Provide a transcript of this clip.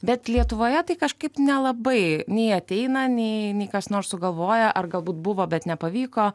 bet lietuvoje tai kažkaip nelabai nei ateina nei nei kas nors sugalvoja ar galbūt buvo bet nepavyko